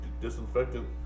disinfectant